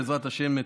בעזרת השם,